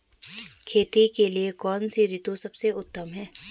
खेती के लिए कौन सी ऋतु सबसे उत्तम है?